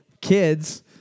kids